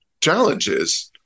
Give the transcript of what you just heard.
challenges